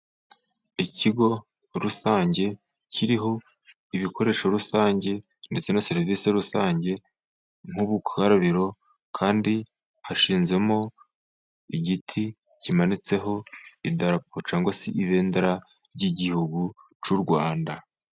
Ikigo rusange kiriho ibikoresho rusange ndetse na serivisi rusange nk'ubukarabiro, kandi hashinzemo igiti kimanitseho idarapo cyangwa se ibendera ry'igihugu cy'u Rwanda.